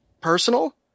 personal